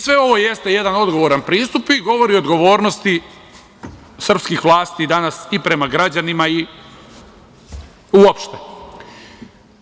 Sve ovo jeste jedan odgovoran pristup i govori o odgovornosti srpskih vlasti danas i prema građanima i uopšte.